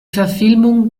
verfilmung